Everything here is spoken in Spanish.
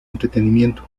entretenimiento